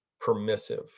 permissive